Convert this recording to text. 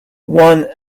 one